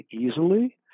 easily